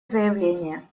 заявление